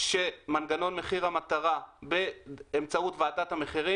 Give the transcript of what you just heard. שמנגנון מחיר המטרה באמצעות ועדת המחירים